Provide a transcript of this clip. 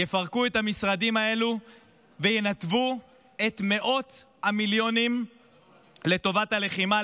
יפרקו את המשרדים האלו וינתבו את מאות המיליונים לטובת הלחימה,